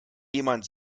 jemand